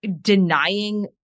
denying